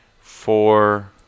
four